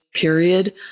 period